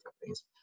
companies